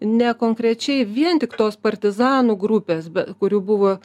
ne konkrečiai vien tik tos partizanų grupės be kurių buvo